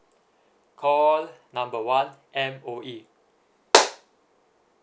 call number one M_O_E